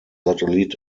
satellit